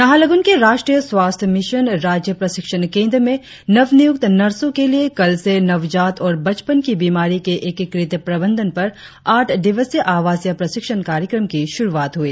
नाहरलगुन के राष्ट्रीय स्वास्थ्य मिशन राज्य प्रशिक्षण केंद्र में नवनियुक्त नर्सों के लिए कल से नवजात और बचपन की बीमारी के एकीकृत प्रबंधन पर आठ दिवसीय आवासीय प्रशिक्षण कार्यक्रम की शुरुआत हुई